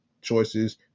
choices